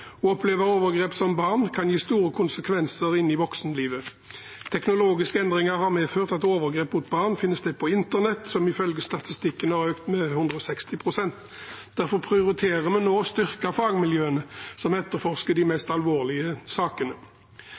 Å oppleve overgrep som barn kan gi store konsekvenser inn i voksenlivet. Teknologiske endringer har medført at overgrep mot barn finner sted på internett, noe som ifølge statistikken har økt med 160 pst. Derfor prioriterer vi nå å styrke fagmiljøene som etterforsker de mest alvorlige sakene.